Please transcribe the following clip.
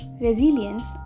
Resilience